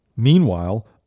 Meanwhile